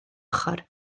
ochr